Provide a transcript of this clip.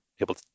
able